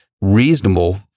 reasonable